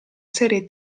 serie